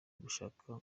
gushaka